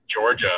georgia